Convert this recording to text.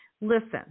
listen